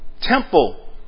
Temple